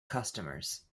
customers